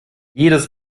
jedes